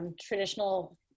traditional